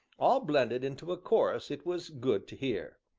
all blended into a chorus it was good to hear.